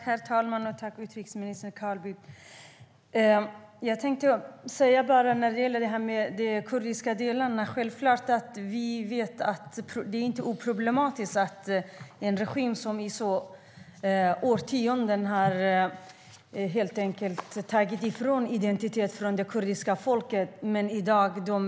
Herr talman! Tack, utrikesminister Carl Bildt! Jag tänker säga något om de kurdiska delarna. Det är inte oproblematiskt med en regim som i årtionden har tagit ifrån det kurdiska folket sin identitet.